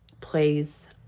plays